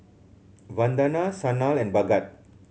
Vandana Sanal and Bhagat